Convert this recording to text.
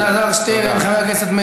תודה לחבר הכנסת אלעזר שטרן,